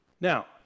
Now